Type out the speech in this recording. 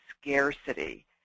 scarcity